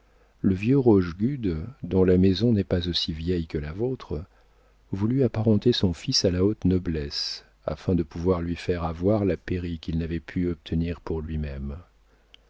le vieux rochegude dont la maison n'est pas aussi vieille que la vôtre voulut apparenter son fils à la haute noblesse afin de pouvoir lui faire avoir la pairie qu'il n'avait pu obtenir pour lui-même